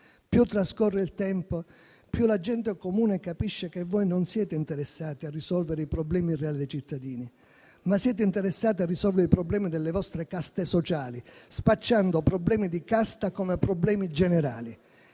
Più trascorre il tempo, più la gente comune capisce che voi non siete interessati a risolvere i problemi reali dei cittadini, ma siete interessati a risolvere i problemi delle vostre caste sociali, spacciando problemi di casta come problemi generali.